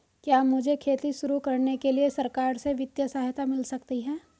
क्या मुझे खेती शुरू करने के लिए सरकार से वित्तीय सहायता मिल सकती है?